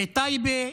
בטייבה,